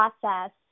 process